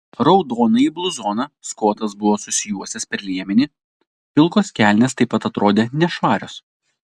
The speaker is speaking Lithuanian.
raudonąjį bluzoną skotas buvo susijuosęs per liemenį pilkos kelnės taip pat atrodė nešvarios